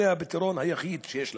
זה הפתרון היחיד שיש לנו.